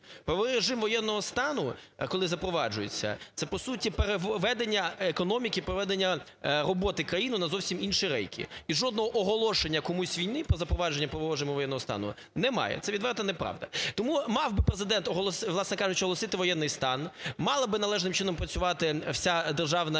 Правовий режим воєнного стану, коли запроваджується це, по суті, приведення економіки, приведення роботи країни на зовсім інші рейки і жодного оголошення комусь війни по запровадженню правового режиму воєнного стану немає, це відверта неправда. Тому мав би Президент, власне кажучи, оголосити воєнний стан, мала би належним чином працювати вся державна